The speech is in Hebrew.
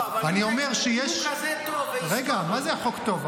אני אומר שיש --- אם הוא כזה טוב והיסטורי --- מה זה החוק טוב?